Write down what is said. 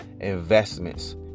investments